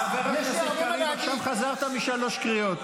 חבר הכנסת קריב, עכשיו חזרת משלוש קריאות.